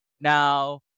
Now